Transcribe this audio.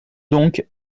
donc